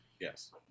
Yes